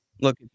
Look